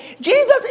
Jesus